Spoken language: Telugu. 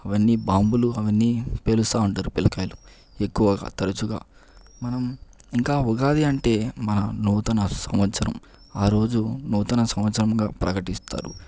ఇవన్నీ బాంబులు అవన్ని పేలుస్తా ఉంటారు పిల్లకాయలు ఎక్కువగా తరచుగా మనం ఇంకా ఉగాది అంటే మన నూతన సంవత్సరం ఆరోజు నూతన సంవత్సరంగా ప్రకటిస్తారు